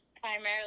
primarily